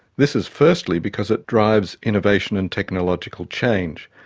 this is firstly because it drives innovation and technological change,